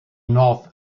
north